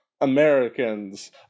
Americans